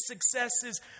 successes